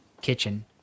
kitchen